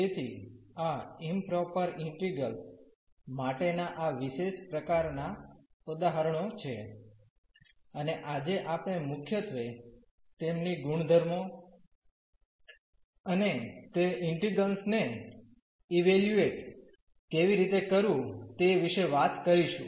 તેથી આ improper integrals માટેના આ વિશેષ પ્રકારનાં ઉદાહરણો છે અને આજે આપણે મુખ્યત્વે તેમની ગુણધર્મો અને તે ઇન્ટિગ્રેલ્સ ને ઇવેલ્યુએટ કેવી રીતે કરવું તે વિશે વાત કરીશું